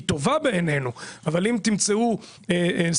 היא טובה בעינינו אבל אם תמצאו סעיפים